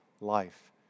life